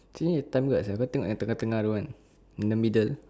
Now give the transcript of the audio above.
sini ada time juga sia kau tengok yang tengah-tengah tu kan in the middle